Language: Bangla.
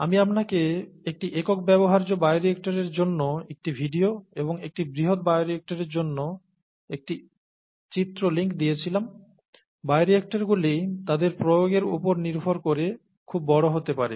আমি আপনাকে একটি একক ব্যবহার্য বায়োরিয়েক্টরের জন্য একটি ভিডিও এবং একটি বৃহৎ বায়োরিয়েক্টরের জন্য একটি চিত্র ছবির লিঙ্ক দিয়েছিলাম বায়োরিয়েক্টরগুলি তাদের প্রয়োগের উপর নির্ভর করে খুব বড় হতে পারে